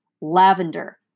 Lavender